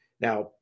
Now